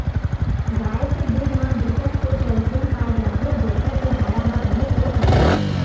गाय के दूद म बिकट के केल्सियम पाए जाथे जेखर ले हाड़ा ह बने पोठ होथे